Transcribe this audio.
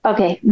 Okay